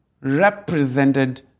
represented